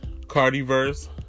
Cardiverse